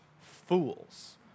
fools